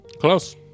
Close